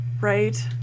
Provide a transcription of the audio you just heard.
right